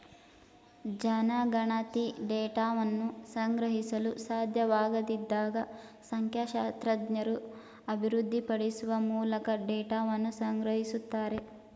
ಜನಗಣತಿ ಡೇಟಾವನ್ನ ಸಂಗ್ರಹಿಸಲು ಸಾಧ್ಯವಾಗದಿದ್ದಾಗ ಸಂಖ್ಯಾಶಾಸ್ತ್ರಜ್ಞರು ಅಭಿವೃದ್ಧಿಪಡಿಸುವ ಮೂಲಕ ಡೇಟಾವನ್ನ ಸಂಗ್ರಹಿಸುತ್ತಾರೆ